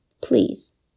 Please